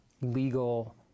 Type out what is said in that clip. legal